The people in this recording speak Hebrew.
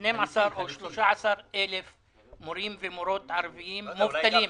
12,000 או 13,000 מורים ומורות ערבים מובטלים.